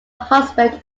husband